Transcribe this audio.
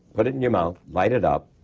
put it in your mouth. light it up.